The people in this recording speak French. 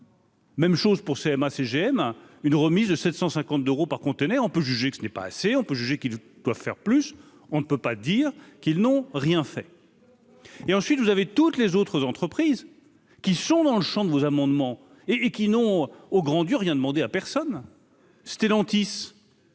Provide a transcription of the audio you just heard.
Même chose pour CMA CGM, une remise de 750 euros par container, on peut juger que ce n'est pas assez, on peut juger qu'ils doivent faire plus, on ne peut pas dire qu'ils n'ont rien fait. Et ensuite, vous avez toutes les autres entreprises qui sont dans le Champ de vos amendements et et qui n'ont, oh grand rien demandé à personne. Stellantis